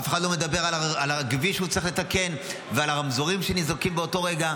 אף אחד לא מדבר על הכביש שצריך לתקן ועל הרמזורים שניזוקים באותו רגע,